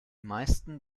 meisten